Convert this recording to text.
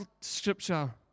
Scripture